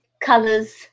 colors